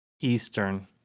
Eastern